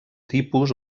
tipus